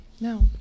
no